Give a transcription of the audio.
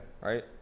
Right